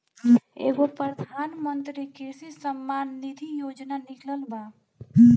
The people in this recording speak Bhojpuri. एगो प्रधानमंत्री कृषि सम्मान निधी योजना निकलल बा